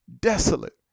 desolate